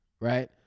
right